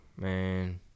Man